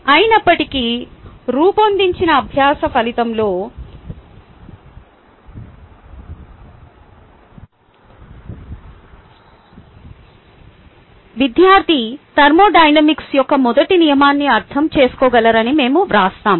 అయినప్పటికీ రూపొందించిన అభ్యాస ఫలితంలో విద్యార్థి థర్మోడైనమిక్స్ యొక్క మొదటి నియమాన్ని అర్థం చేసుకోగలరని మేము వ్రాస్తాము